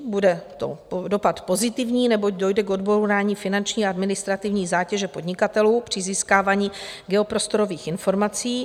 Bude to dopad pozitivní, neboť dojde k odbourání finanční a administrativních zátěže podnikatelů při získávání geoprostorových informací.